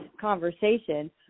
conversation